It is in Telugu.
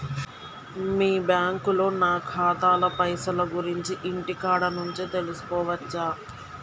మీ బ్యాంకులో నా ఖాతాల పైసల గురించి ఇంటికాడ నుంచే తెలుసుకోవచ్చా?